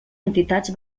entitats